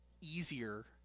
easier